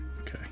Okay